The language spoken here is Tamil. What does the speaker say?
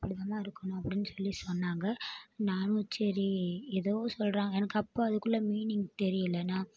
இப்படிதாம்மா இருக்கணும் அப்படின் சொல்லி சொன்னாங்க நானும் சரி ஏதோ சொல்கிறாங்க எனக்கு அப்போ அதுக்குள்ள மீனிங் தெரியல நான்